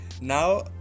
Now